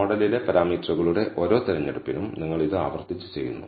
മോഡലിലെ പാരാമീറ്ററുകളുടെ ഓരോ തിരഞ്ഞെടുപ്പിനും നിങ്ങൾ ഇത് ആവർത്തിച്ച് ചെയ്യുന്നു